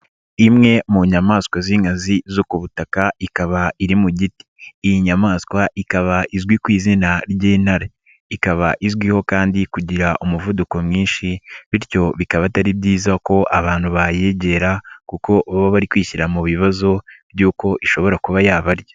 Imwe mu nyamaswa z'inkazi zo ku butaka ikaba iri mu giti, iyi nyamaswa ikaba izwi ku izina ry'intare, ikaba izwiho kandi kugira umuvuduko mwinshi bityo bikaba atari byiza ko abantu bayegera kuko baba bari kwishyira mu bibazo by'uko ishobora kuba yabarya.